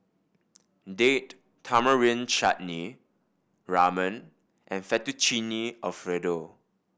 Date Tamarind Chutney Ramen and Fettuccine Alfredo